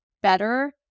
better